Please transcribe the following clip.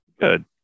Good